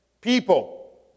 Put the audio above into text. people